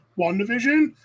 wandavision